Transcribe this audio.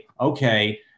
okay